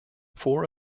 four